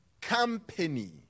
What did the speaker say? company